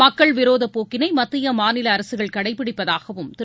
மக்கள் விரோதப் போக்கினை மத்திய மாநில அரசுகள் கடைப்பிடிப்பதாகவும் திரு